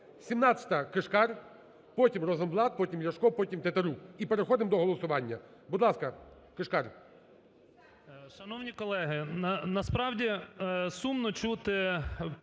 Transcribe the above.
17-а, Кишкар, потім – Розенблат, потім – Ляшко, потім – Тетерук. І переходимо до голосування. Будь ласка, Кишкар.